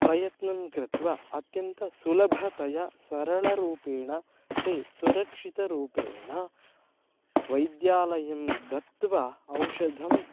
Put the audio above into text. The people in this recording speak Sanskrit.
प्रयत्नं कृत्वा अत्यन्तसुलभतया सरलरूपेण ते सुरक्षितरूपेण वैद्यालयं गत्वा औषधं